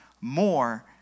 more